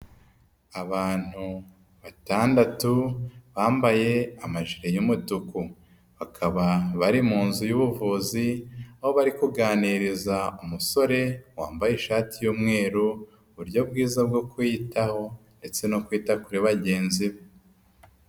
Abantu batandatu bambaye amajire y'umutuku. Bakaba bari mu nzu y'ubuvuzi aho bari kuganiriza umusore wambaye ishati y'umweru, uburyo bwiza bwo kwiyitaho ndetse no kwita kuri bagenzi be.